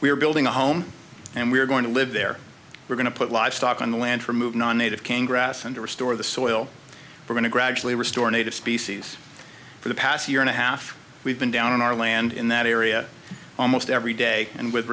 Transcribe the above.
sell we're building a home and we're going to live there we're going to put livestock on the land for move non native king grass and to restore the soil we're going to gradually restore a native species for the past year and a half we've been down on our land in that area almost every day and with